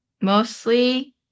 mostly